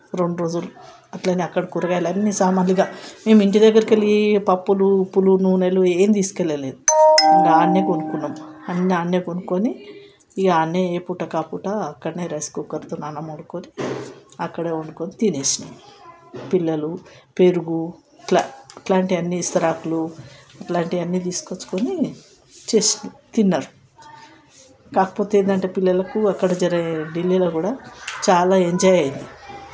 రెండు రోజులు అట్లనే అక్కడ కూరగాయలు అన్ని సామాన్లు ఇక కానీ మేము ఇంటి దగ్గరికి వెళ్ళి పప్పులు నూనెలు ఏమి తీసుకెళ్ళలేదు అక్కడనే కొనుక్కున్నాము అన్ని అక్కడనే కొనుక్కొని ఇక అక్కడనే ఏ పూటకి ఆ పూట అక్కడనే రైస్ కుక్కర్తో అన్నం వండుకొని అక్కడే వండుకొని తినేసాము పిల్లలు పెరుగు ఇట్లా ఇట్లాంటివి అన్నీ విస్తరాకులు ఇట్లాంటివి అన్నీ తీసుకొచ్చుకొని చేసిన తిన్నారు కాకపోతే ఏంటి అంటే పిల్లలకు అక్కడ ఢిల్లీలో కూడా చాలా ఎంజాయ్ అయింది